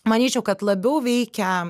manyčiau kad labiau veikia